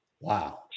Wow